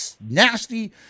nasty